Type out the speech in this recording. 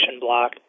Block